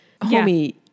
Homie